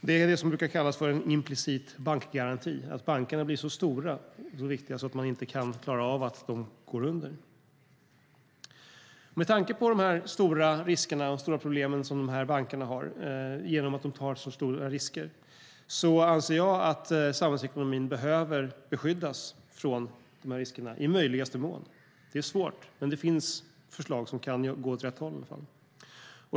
Det är det som brukar kallas för en implicit bankgaranti, att bankerna blir så stora och så viktiga att man inte kan klara av att de går under. Med tanke på de här stora riskerna och de stora problem som de här bankerna har genom att de tar så stora risker anser jag att samhällsekonomin behöver beskyddas från de här riskerna i möjligaste mån. Det är svårt, men det finns förslag som kan gå åt rätt håll i alla fall.